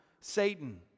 Satan